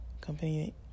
company